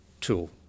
tool